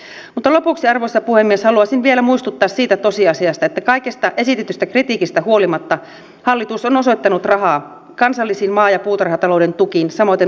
mutta lopuksi arvoisa puhemies haluaisin vielä muistuttaa siitä tosiasiasta että kaikesta esitetystä kritiikistä huolimatta hallitus on osoittanut rahaa kansallisiin maa ja puutarhatalouden tukiin samoiten luonnonhaittakorvauksiin